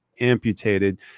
amputated